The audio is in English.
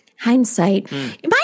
hindsight